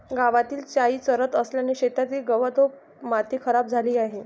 गावातील गायी चरत असल्याने शेतातील गवत व माती खराब झाली आहे